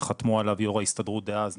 חתמו עליו יו"ר ההסתדרות דאז,